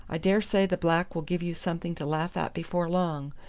i dare say the black will give you something to laugh at before long,